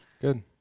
good